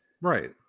right